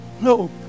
No